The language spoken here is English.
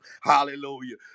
Hallelujah